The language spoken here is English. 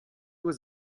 was